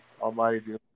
Almighty